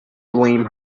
blame